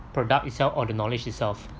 product itself or the knowledge itself